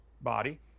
body